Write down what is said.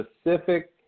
specific